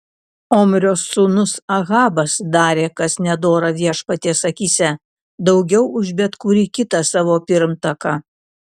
omrio sūnus ahabas darė kas nedora viešpaties akyse daugiau už bet kurį kitą savo pirmtaką